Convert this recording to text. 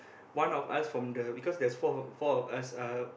one of us from the because there's four four of us uh